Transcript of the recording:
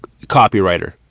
Copywriter